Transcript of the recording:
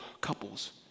couples